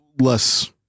less